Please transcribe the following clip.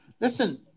Listen